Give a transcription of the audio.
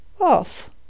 Off